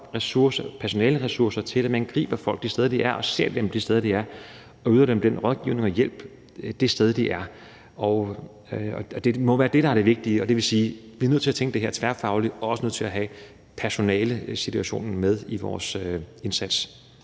personaleressourcer til det, så man griber folk de steder, de er, og ser dem de steder, de er, og yder dem rådgivning og hjælp det sted, de er. Det må være det, der er det vigtige, og det vil sige, at vi er nødt til at tænke det her tværfagligt og også er nødt til at have personalesituationen med i vores indsats.